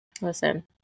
Listen